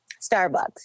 Starbucks